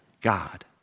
God